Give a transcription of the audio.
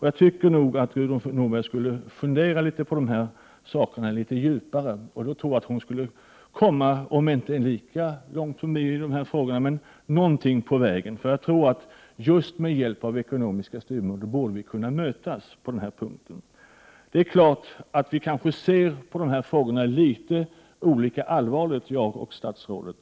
Jag tycker att Gudrun Norberg skulle fundera litet djupare på dessa saker. Då tror jag att hon skulle komma en bit på väg, även om hon inte kommer lika långt som vi i dessa frågor. Just med hjälp av ekonomiska styrmedel borde vi kunna mötas på denna punkt. Det är klart att vi kanske inte ser lika allvarligt på dessa frågor, jag och statsrådet.